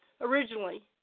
originally